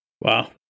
Wow